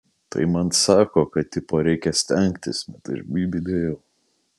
tai man sako kad tipo reikia stengtis bet aš bybį dėjau